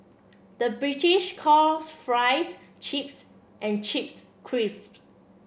the British calls fries chips and chips crisps